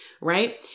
Right